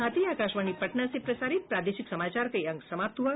इसके साथ ही आकाशवाणी पटना से प्रसारित प्रादेशिक समाचार का ये अंक समाप्त हुआ